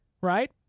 right